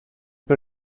per